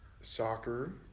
soccer